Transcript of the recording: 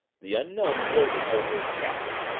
the unknown gloated over his captive.